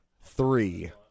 three